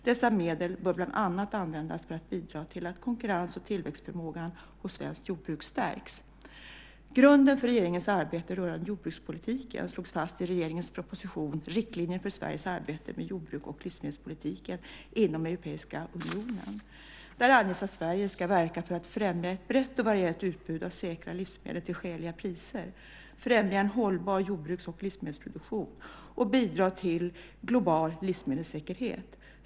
Dessa medel bör bland annat användas för att bidra till att konkurrens och tillväxtförmågan hos svenskt jordbruk stärks. Grunden för regeringens arbete rörande jordbrukspolitiken slogs fast i regeringens proposition Riktlinjer för Sveriges arbete med jordbruks och livsmedelspolitiken inom Europeiska unionen . Där anges att Sverige ska verka för att främja ett brett och varierat utbud av säkra livsmedel till skäliga priser, främja en hållbar jordbruks och livsmedelsproduktion och bidra till global livsmedelssäkerhet.